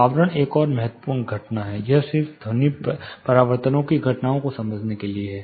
आवरण एक और महत्वपूर्ण घटना है यह सिर्फ ध्वनि परावर्तन की घटनाओं को समझने के लिए है